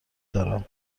دارم